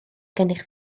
gennych